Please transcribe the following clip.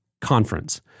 conference